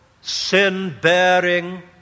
sin-bearing